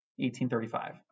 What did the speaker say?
1835